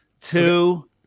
two